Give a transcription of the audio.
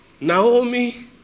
Naomi